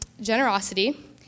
generosity